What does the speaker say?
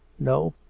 no,